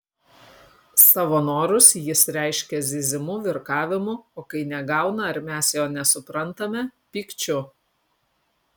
savo norus jis reiškia zyzimu virkavimu o kai negauna ar mes jo nesuprantame pykčiu